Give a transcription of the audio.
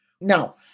Now